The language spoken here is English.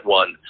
one